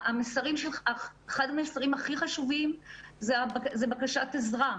אחד המסרים הכי חשובים זה בקשת עזרה.